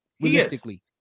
realistically